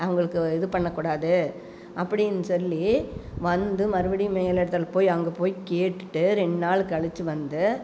அவுங்களுக்கு இது பண்ணக்கூடாது அப்படினு சொல்லி வந்து மறுபடியும் மேலிடத்துல போய் அங்கே போய் கேட்டுவிட்டு ரெண்டு நாள் கழிச்சு வந்து